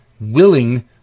willing